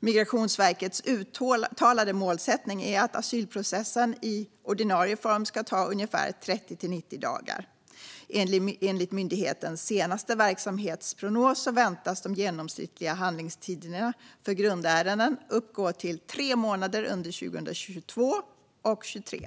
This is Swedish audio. Migrationsverkets uttalade målsättning är att asylprocessen i ordinarie form ska ta ungefär 30-90 dagar. Enligt myndighetens senaste verksamhetsprognos väntas de genomsnittliga handläggningstiderna för grundärenden uppgå till tre månader under 2022 och 2023.